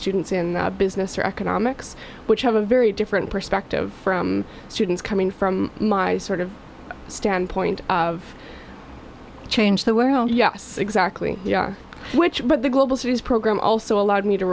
students in business or economics which have a very different perspective from students coming from my sort of standpoint of change the way oh yes exactly which but the global studies program also allowed me to